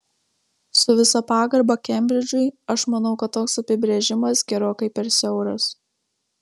su visa pagarba kembridžui aš manau kad toks apibrėžimas gerokai per siauras